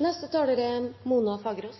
Lærere opplever at de er